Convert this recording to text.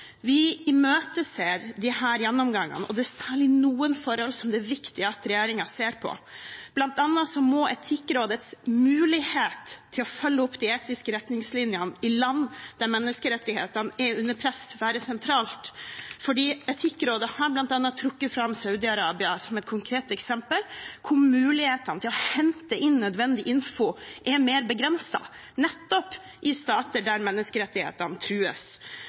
Vi imøteser disse gjennomgangene, og det er særlig noen forhold det er viktig at regjeringen ser på. Blant annet må Etikkrådets mulighet til å følge opp de etiske retningslinjene i land der menneskerettighetene er under press, være sentral, for Etikkrådet har bl.a. trukket fram Saudi-Arabia som et konkret eksempel der mulighetene til å hente inn nødvendig info er mer begrenset – nettopp en stat der menneskerettigheter trues. Det er sånn at flere autoritære stater